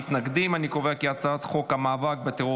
ההצעה להעביר את הצעת חוק המאבק בטרור